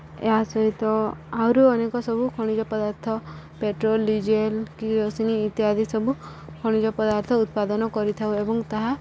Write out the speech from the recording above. ଏହା ସହିତ ଆହୁରି ଅନେକ ସବୁ ଖଣିଜ ପଦାର୍ଥ ପେଟ୍ରୋଲ ଡିଜେଲ୍ କିରୋସିନି ଇତ୍ୟାଦି ସବୁ ଖଣିଜ ପଦାର୍ଥ ଉତ୍ପାଦନ କରିଥାଉ ଏବଂ ତାହା